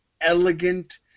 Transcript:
elegant